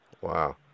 Wow